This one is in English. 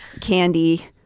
candy